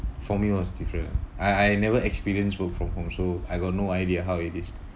for me was different ah I I never experienced work from home so I got no idea how it is